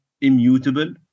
immutable